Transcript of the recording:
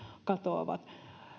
katoavat